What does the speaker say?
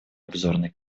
обзорной